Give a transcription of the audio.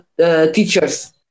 teachers